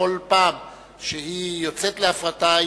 בכל פעם שהיא יוצאת להפרטה,